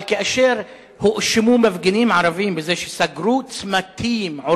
אבל כאשר הואשמו מפגינים ערבים בזה שסגרו צמתים וחסמו